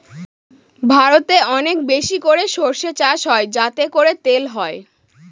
ভারতে অনেক বেশি করে সর্ষে চাষ হয় যাতে করে তেল হয়